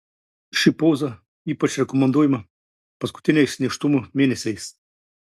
ši poza ypač rekomenduojama paskutiniais nėštumo mėnesiais